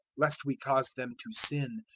lest we cause them to sin,